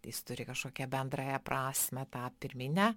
jis turi kažkokią bendrąja prasmę tą pirminę